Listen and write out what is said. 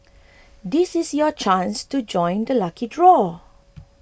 this is your chance to join the lucky draw